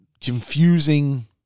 confusing